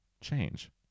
change